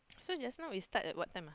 so just now is start at what time ah